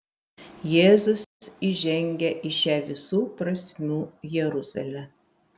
jėzus įžengia į šią visų prasmių jeruzalę